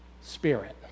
Spirit